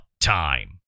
time